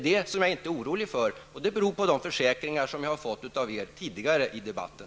Att jag inte är orolig beror på de försäkringar som jag har fått av er tidigare i debatten.